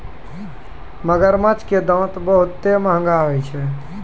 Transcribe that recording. मगरमच्छ के दांत बहुते महंगा होय छै